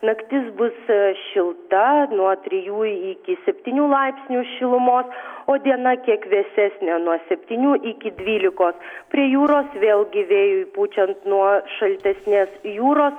naktis bus šilta nuo trijų iki septynių laipsnių šilumos o diena kiek vėsesnė nuo septynių iki dvylikos prie jūros vėlgi vėjui pučiant nuo šaltesnės jūros